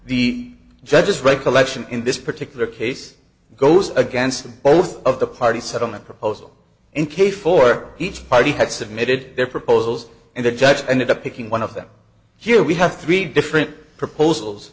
the judge's recollection in this particular case goes against both of the parties settlement proposal and case for each party had submitted their proposals and the judge ended up picking one of them here we have three different proposals